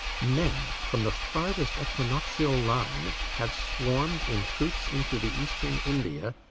men from the farthest equinoctial line have swarm'd in troops into the eastern india,